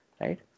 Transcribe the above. right